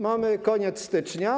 Mamy koniec stycznia.